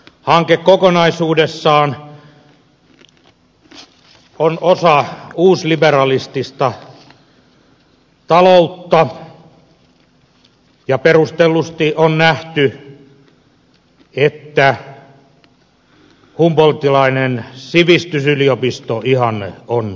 hanke kokonaisuudessaan on osa uusliberalistista taloutta ja perustellusti on nähty että humboldtilainen sivistysyliopistoihanne on vaarassa